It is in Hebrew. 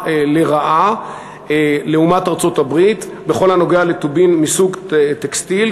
לרעה לעומת ארצות-הברית בכל הנוגע לטובין מסוג טקסטיל,